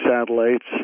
satellites